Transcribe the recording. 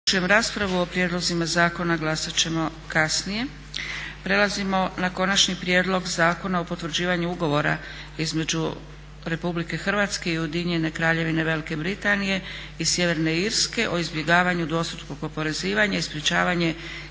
Zaključujem raspravu. O prijedlogu zakona glasat ćemo kasnije. **Leko, Josip (SDP)** Konačni prijedlog Zakona o potvrđivanju Ugovora između Republike Hrvatske i Ujedinjene Kraljevine Velike Britanije i sjeverne Irske o izbjegavanju dvostrukog oporezivanja i sprječavanju